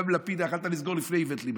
גם עם לפיד יכולת לסגור לפני איווט ליברמן,